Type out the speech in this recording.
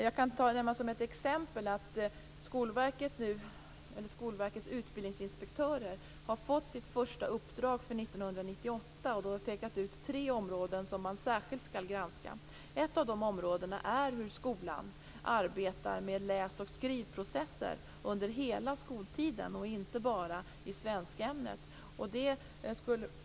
Jag kan som ett exempel nämna att Skolverkets utbildningsinspektörer nu har fått sitt första uppdrag för 1998. Tre områden som man särskilt skall granska har pekats ut. Ett av de områdena är hur skolan arbetar med läs och skrivprocesser under hela skoltiden, och inte bara i svenskämnet.